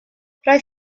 roedd